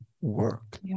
work